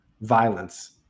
violence